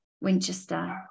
Winchester